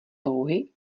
touhy